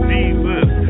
Jesus